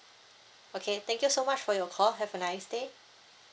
okay thank you so much for your call have a nice day